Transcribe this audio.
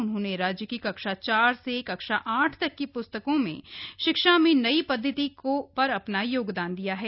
उन्होंने राज्य की कक्षा चार से आठ तक की प्स्तकों में शिक्षा में नई पद्वति पर अपना योगदान दिया है